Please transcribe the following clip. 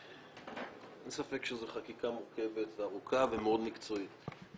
אין ספק שזה חקיקה מורכבת וארוכה ומאוד מקצועית.